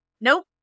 nope